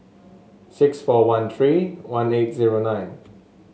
six four one three one eight zero nine